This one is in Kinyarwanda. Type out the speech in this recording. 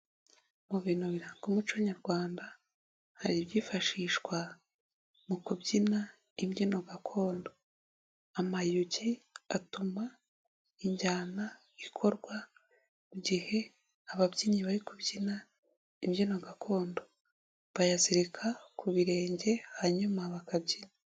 Mu bintu biranga umuco nyarwanda hari ibyifashishwa mu kubyina imbyino gakondo, amayugi atuma injyana ikorwa mu gihe ababyinnyi bari kubyina imbyino gakondo, bayazirika ku birenge hanyuma bakabyina.